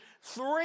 three